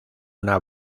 una